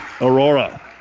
Aurora